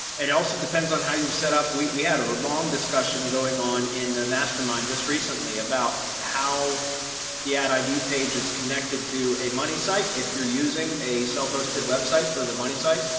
and also depends on how you set up we we had a long discussion going on in the mastermind just recently about how the ad id page is connected to a money site if you're using a self hosted website for the money site,